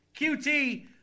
QT